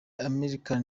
american